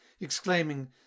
exclaiming